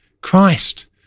Christ